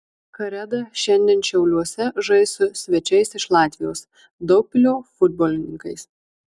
kareda šiandien šiauliuose žais su svečiais iš latvijos daugpilio futbolininkais